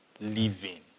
living